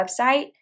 website